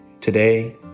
Today